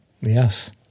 Yes